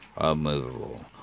unmovable